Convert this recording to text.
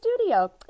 studio